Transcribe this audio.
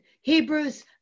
Hebrews